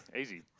easy